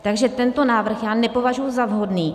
Takže tento návrh já nepovažuji za vhodný.